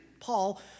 Paul